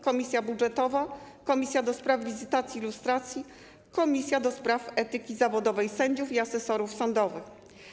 Komisja budżetowa, Komisja do spraw wizytacji i lustracji, Komisja do spraw etyki zawodowej sędziów i asesorów sądowych.